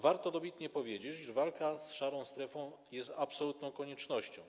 Warto dobitnie powiedzieć, że walka z szarą strefą jest absolutną koniecznością.